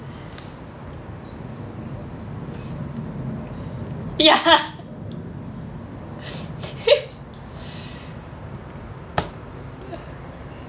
ya